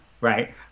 right